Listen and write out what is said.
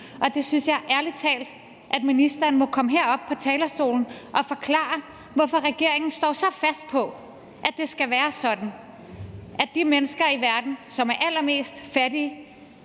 og jeg synes ærlig talt, at ministeren må komme herop på talerstolen og forklare, hvorfor regeringen står så fast på, at det skal være sådan, at de mennesker i verden, som er allermest fattige,